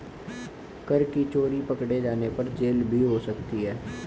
कर की चोरी पकडे़ जाने पर जेल भी हो सकती है